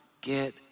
get